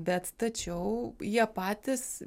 bet tačiau jie patys